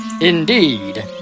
indeed